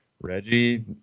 Reggie